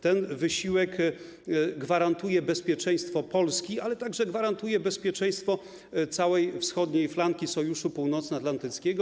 Ten wysiłek gwarantuje bezpieczeństwo Polski, ale także gwarantuje bezpieczeństwo całej wschodniej flanki Sojuszu Północnoatlantyckiego.